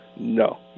No